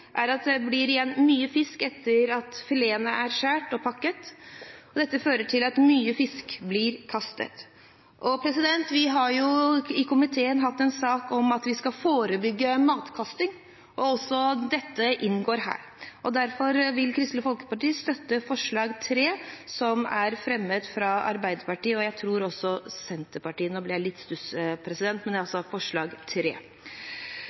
er at det blir igjen mye fisk etter at filetene er skåret og pakket. Dette fører til at mye fisk blir kastet. Vi har jo i komiteen hatt en sak om at vi skal forebygge matkasting. Også dette inngår her. Derfor vil Kristelig Folkeparti støtte forslag nr. 3, som er fremmet av Arbeiderpartiet og, tror jeg, Senterpartiet – nå ble jeg litt i stuss – fordi vi i merknadene, men